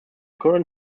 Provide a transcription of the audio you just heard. current